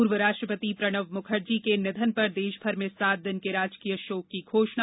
पूर्व राष्ट्रपति प्रणब मुखर्जी के निधन पर देशभर में सात दिन के राजकीय शोक की घोषणा